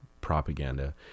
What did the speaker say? propaganda